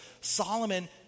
Solomon